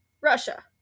Russia